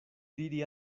diri